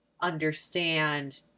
understand